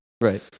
Right